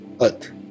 earth